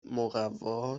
مقوا